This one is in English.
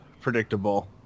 predictable